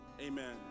Amen